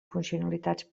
funcionalitats